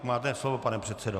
Máte slovo, pane předsedo.